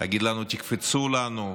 תקפצו לנו,